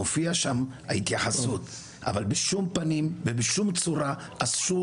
מופיעה שם ההתייחסות אבל בשום פנים ובשום צורה אסור